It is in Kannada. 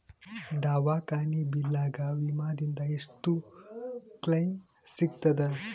ದವಾಖಾನಿ ಬಿಲ್ ಗ ವಿಮಾ ದಿಂದ ಎಷ್ಟು ಕ್ಲೈಮ್ ಸಿಗತದ?